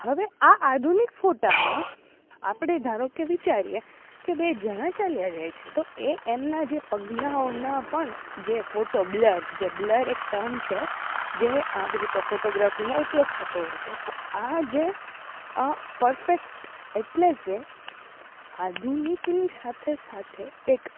હવે આ આધુનિક ફોટામાં આપણે ધારો કે વિચારીએ કે બે જણા ચાલ્યા જાય છે તો એ એમના જે પગલાંઓના પણ જે ફોટો બ્લર જે બ્લર એક ટર્મ છે જે આવી રીતે ફોટોગ્રાફીમાં ઉપયોગ થતો હોય છે તો આ જે પરફેક્ટ એટલે કે આધુનિકની સાથે સાથે એક